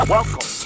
Welcome